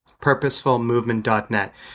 Purposefulmovement.net